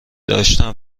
داشتم